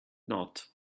not